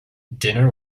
dinner